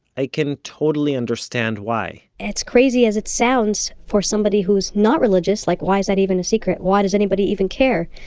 i can totally understand why as crazy as it sounds, for somebody who's not religious, like why is that even a secret, why does anybody even care,